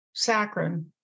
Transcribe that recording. saccharin